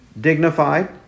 dignified